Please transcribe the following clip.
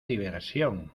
diversión